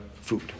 food